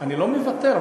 לא מוותר,